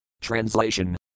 Translation